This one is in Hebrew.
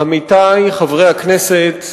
עמיתי חברי הכנסת,